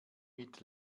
mit